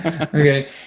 Okay